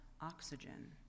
oxygen